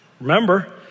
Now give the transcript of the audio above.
Remember